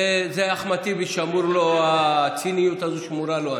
זה אחמד טיבי, הציניות הזאת שמורה לו.